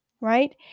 right